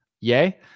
Yay